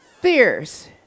Fierce